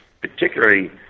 particularly